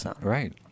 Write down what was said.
Right